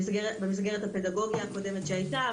במסגרת הפדגוגיה הקודמת שהייתה.